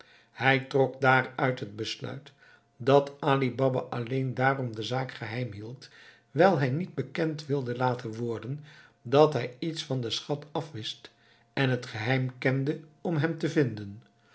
hij trok daaruit het besluit dat ali baba alleen daarom de zaak geheim hield wijl hij niet bekend wilde laten worden dat hij iets van den schat afwist en het geheim kende om hem te vinden